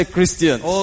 Christians